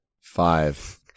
Five